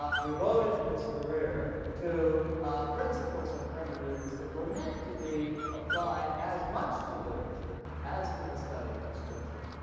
ah devoted his career to principles of hermeneutics that were meant to be applied as much to literature as to the study of scripture,